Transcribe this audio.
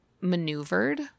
maneuvered